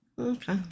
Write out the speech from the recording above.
Okay